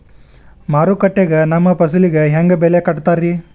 ಮಾರುಕಟ್ಟೆ ಗ ನಮ್ಮ ಫಸಲಿಗೆ ಹೆಂಗ್ ಬೆಲೆ ಕಟ್ಟುತ್ತಾರ ರಿ?